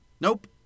Nope